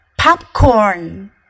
Popcorn